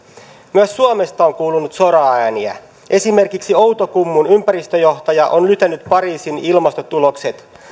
myös suomesta on kuulunut soraääniä esimerkiksi outokummun ympäristöjohtaja on lytännyt pariisin ilmastotulokset